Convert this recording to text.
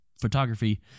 photography